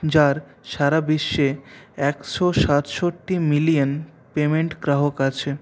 যার সারা বিশ্বে একশো সাতষট্টি মিলিয়ন পেমেন্ট গ্রাহক আছে